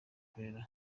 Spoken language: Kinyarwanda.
kurera